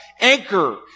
anchor